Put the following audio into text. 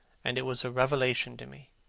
and it was a revelation to me.